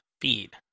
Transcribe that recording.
feed